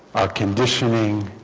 conditioning